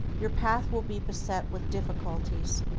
your path will be beset with difficulties,